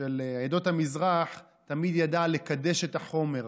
של עדות המזרח תמיד ידע לקדש את החומר,